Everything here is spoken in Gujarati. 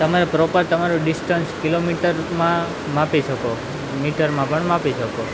તમારે પ્રોપર તમારું ડિસ્ટન્સ કિલોમીટર માં માપી શકો મીટરમાં પણ માપી શકો